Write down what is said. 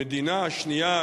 במדינה השנייה,